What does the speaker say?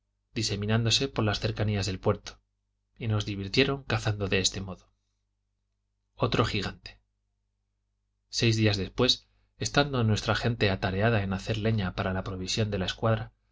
diseminándose por las cercanías del puerto y nos divirtieron cazando de este modo otro gigante seis días después estando nuestra gente atareada en hacer leña para la provisión de la escuadra